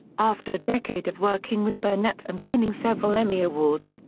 after a decade of working with burnett and winning several emmy awards,